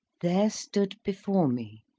there stood before me,